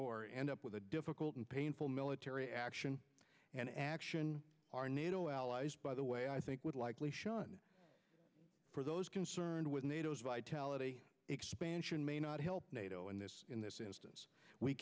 or end up with a difficult and painful military action and action our nato allies by the way i think would likely shun for those concerned with nato as vitality expansion may not help nato in this in this instance we